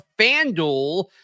FanDuel